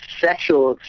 sexual